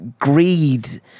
greed